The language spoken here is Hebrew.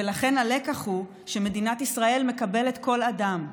ולכן הלקח הוא שמדינת ישראל מקבלת כל אדם,